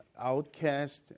outcast